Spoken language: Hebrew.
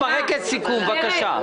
ד"ר ברקת, סיכום, בבקשה.